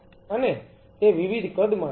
અને તે વિવિધ કદમાં આવે છે